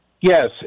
Yes